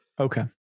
okay